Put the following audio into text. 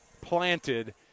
planted